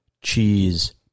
cheese